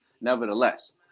Nevertheless